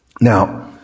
now